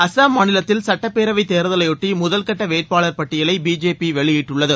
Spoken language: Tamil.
அசாம் மாநிலத்தில் சட்டப்பேரவை தேர்தலையொட்டி முதல் கட்ட வேட்பாளர் பட்டியலை பிஜேபி வெளியிட்டுள்ளது